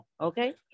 Okay